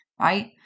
right